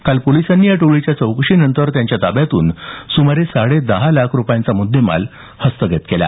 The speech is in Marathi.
काल पोलिसांनी या टोळीच्या चौकशीनंतर त्यांच्या ताब्यातून सुमारे साडे दहा लाख रुपयांचा मुद्देमाल हस्तगत केला